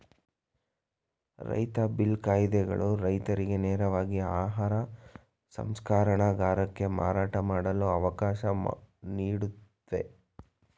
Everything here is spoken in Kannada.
ರೈತ ಬಿಲ್ ಕಾಯಿದೆಗಳು ರೈತರಿಗೆ ನೇರವಾಗಿ ಆಹಾರ ಸಂಸ್ಕರಣಗಾರಕ್ಕೆ ಮಾರಾಟ ಮಾಡಲು ಅವಕಾಶ ನೀಡುತ್ವೆ